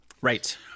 right